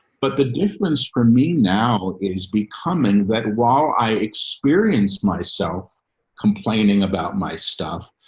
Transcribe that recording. but the difference for me now is becoming red. while i experienced myself complaining about my stuff,